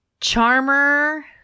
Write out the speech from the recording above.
charmer